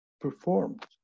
performed